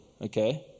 Okay